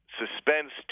suspense